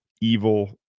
evil